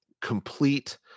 complete